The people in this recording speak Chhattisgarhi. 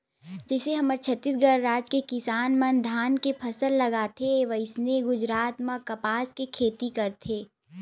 जइसे हमर छत्तीसगढ़ राज के किसान मन धान के फसल लगाथे वइसने गुजरात म कपसा के खेती करथे